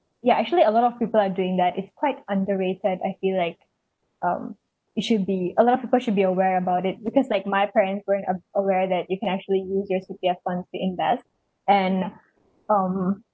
ya actually a lot of people are doing that it's quite underrated I feel like um it should be a lot of people should be aware about it because like my parents weren't a~ aware that you can actually use your C_P_F funds to invest and um